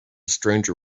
stranger